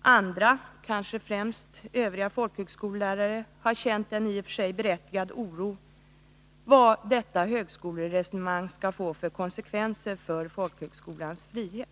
Andra, kanske främst övriga folkhögskolelärare, har känt en i och för sig berättigad oro för vad detta högskoleresonemang skall få för konsekvenser för folkhögskolans frihet.